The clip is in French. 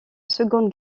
seconde